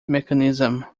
mechanism